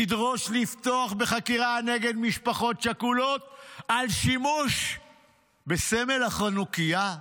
לדרוש לפתוח נגד משפחות שכולות על שימוש בסמל החנוכייה?